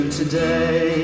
today